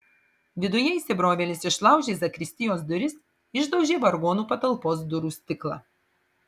viduje įsibrovėlis išlaužė zakristijos duris išdaužė vargonų patalpos durų stiklą